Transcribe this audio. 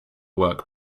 work